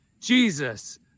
Jesus